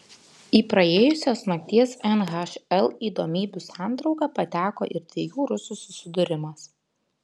į praėjusios nakties nhl įdomybių santrauką pateko ir dviejų rusų susidūrimas